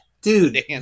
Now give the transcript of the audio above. dude